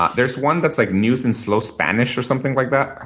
ah there's one that's like news in slow spanish or something like that.